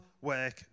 work